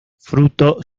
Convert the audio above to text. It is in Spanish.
fruto